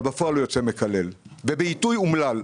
אבל בפועל הוא יוצא מקלל ובעיתוי אומלל.